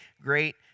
great